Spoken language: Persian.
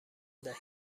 دهیم